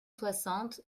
soixante